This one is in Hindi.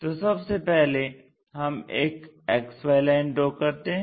तो सबसे पहले हम एक XY लाइन ड्रा करते हैं